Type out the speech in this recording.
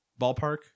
ballpark